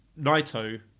Naito